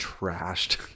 trashed